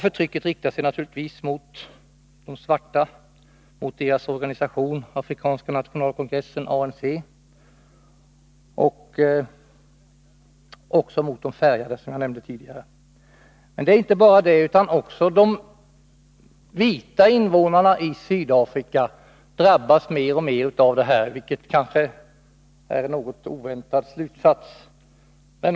Förtrycket riktar sig naturligtvis mot de svarta och deras organisation Afrikanska nationalkongressen, ANC, och, som jag nämnde tidigare, mot de färgade. Men det räcker inte med det, utan även de vita invånarna i Sydafrika drabbas mer och mer, vilket kanske är en något oväntad slutsats.